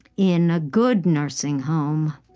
in a good nursing home,